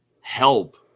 help